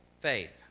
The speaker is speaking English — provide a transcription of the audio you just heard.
faith